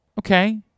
Okay